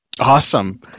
Awesome